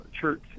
church